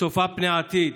צופה פני עתיד,